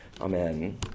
Amen